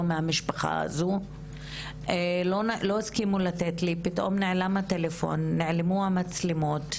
אני יזמתי את הצעדה,